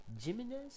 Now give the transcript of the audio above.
Jimenez